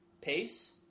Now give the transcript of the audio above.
pace